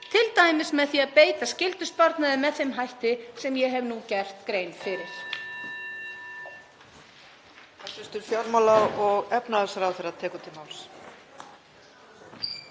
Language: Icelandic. t.d. með því að beita skyldusparnaði með þeim hætti sem ég hef nú gert grein fyrir?